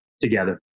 together